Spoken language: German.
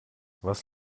was